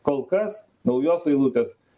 kol kas naujos eilutės